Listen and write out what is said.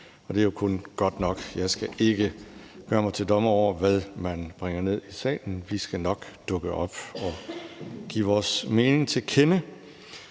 Det er jo kun godt. Jeg skal ikke gøre mig til dommer over, hvad man bringer ned i salen. Vi skal nok dukke op og give vores mening til kende.